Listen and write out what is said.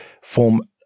form